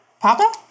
Papa